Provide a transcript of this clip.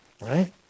right